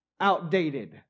outdated